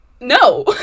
no